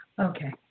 Okay